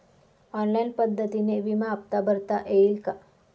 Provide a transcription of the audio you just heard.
Online पद्धतीने विमा हफ्ता भरता येईल का?